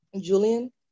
Julian